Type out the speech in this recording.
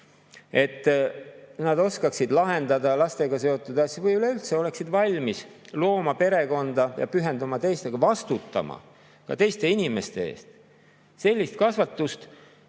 et nad oskaksid lahendada lastega seotud [probleeme] või üleüldse oleksid valmis looma perekonda ja pühenduma teistele ja ka vastutama teiste inimeste eest, sellist kasvatust